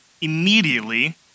immediately